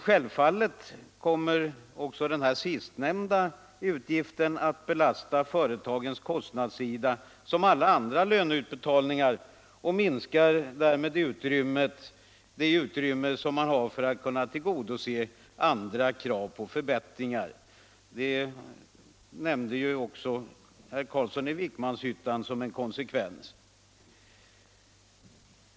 Självfallet kommer också den här sistnämnda = Vissa delpensionsutgiften att belasta företagens kostnadssida, som alla andra löneutbetalning — frågor m.m. ar, och därmed minska det utrymme man har för att kunna tillgodose andra krav på förbättringar. Det nämnde också herr Carlsson i Vikmanshyttan som en konsekvens.